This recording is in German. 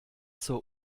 zur